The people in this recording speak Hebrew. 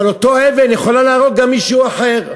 אבל אותה אבן יכולה להרוג גם מישהו אחר,